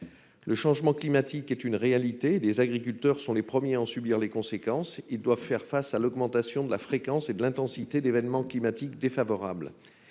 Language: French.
Le changement climatique est une réalité. Les agriculteurs sont les premiers à en subir les conséquences. Ils doivent faire face à l'augmentation de la fréquence et de l'intensité d'événements climatiques défavorables.